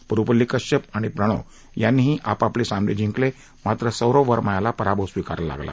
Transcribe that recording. परुपल्ली कश्यप आणि प्रणय यांनी ही आपापले सामने जिंकले मात्र सौरभ वर्मा याला पराभव स्विकारावा लागला